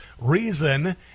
reason